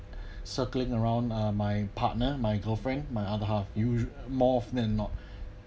circling around uh my partner my girlfriend my other half you more often than not